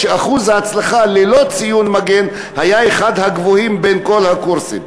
אף-על-פי שאחוז ההצלחה ללא ציון מגן היה אחד הגבוהים בכל הקורסים.